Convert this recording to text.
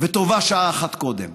וטובה שעה אחת קודם.